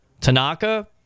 Tanaka